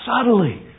subtly